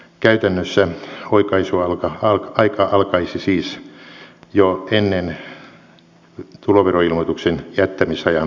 käytännössä oikaisuaika alkaisi siis jo ennen tuloveroilmoituksen jättämisajan päättymistä